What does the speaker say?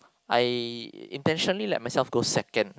I intentionally let myself go second